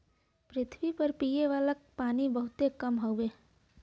पृथवी पर पिए वाला पानी बहुत कम हउवे